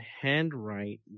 handwrite